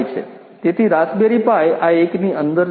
તેથી Raspberry Pi આ એકની અંદર છે